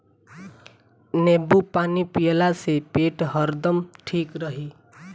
नेबू पानी पियला से पेट हरदम ठीक रही